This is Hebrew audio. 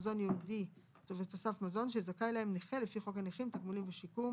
מזון ייעודי ותוסף מזון שזכאי להם נכה לפי חוק הנכים (תגמולים ושיקום),